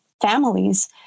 families